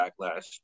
Backlash